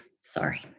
sorry